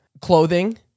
clothing